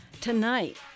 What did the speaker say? Tonight